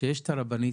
שיש את הרבנית,